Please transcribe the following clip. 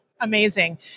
Amazing